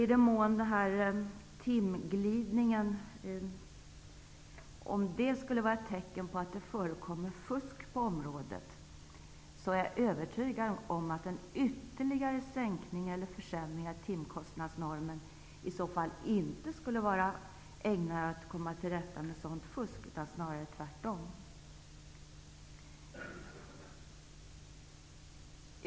I den mån timkostnadsglidningen skulle vara ett tecken på att det förekommer fusk på området är jag övertygad om att en ytterligare sänkning eller försämring av timkostnadsnormen i så fall inte skulle vara ägnad att komma till rätta med sådant fusk, snarare tvärtom.